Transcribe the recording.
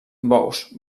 bous